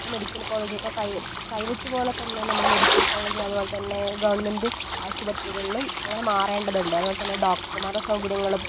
ഇപ്പോൾ medical college ഇപ്പോൾ private private പോലെ തന്നെ നമ്മൾ മെഡിക്കൽ കോളേജ് അതുപോലെ തന്നെ ഗവണ്മെൻറ്റ് ആശുപത്രികളിലും അങ്ങനെ മാറേണ്ടതുണ്ട് അതുപോലെ തന്നെ ഡോക്ടർമാരുടെ സൗകര്യങ്ങളും